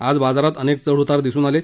आज बाजारात अनेक चढ उतार दिसून आले